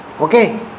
Okay